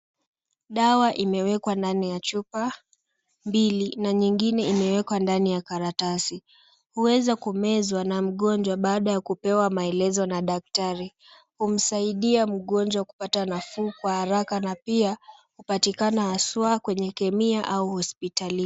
Dawa imewekwa ndani ya chupa mbili. Na nyingine imewekwa ndani ya karatasi. Huweza kumezwa na mgonjwa baada ya kupewa maelezo na daktari. Kumsaidia mgonjwa kupata nafuu kwa haraka na pia kupatikana haswa kwenye kemia au hospitalini.